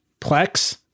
Plex